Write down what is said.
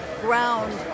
ground